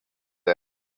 them